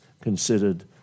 considered